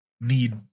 need